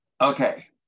Okay